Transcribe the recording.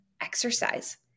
exercise